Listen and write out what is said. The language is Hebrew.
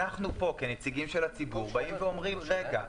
אנחנו פה כנציגים של הציבור אומרים: רגע,